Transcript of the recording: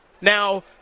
Now